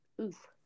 Oof